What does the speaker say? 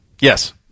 Yes